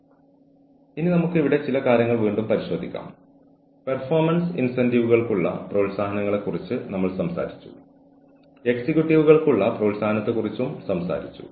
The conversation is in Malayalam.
ഒരു ഹ്യൂമൻ റിസോഴ്സ് മാനേജർ എന്ന നിലയിൽ നിങ്ങൾക്ക് വ്യത്യസ്ത സാഹചര്യങ്ങൾ അവതരിപ്പിക്കുന്ന വ്യത്യസ്ത ജീവനക്കാരുമായി നിങ്ങൾക്ക് എങ്ങനെ ഇടപെടാം എന്നതിനെക്കുറിച്ചാണ് നമ്മൾ സംസാരിക്കുന്നത്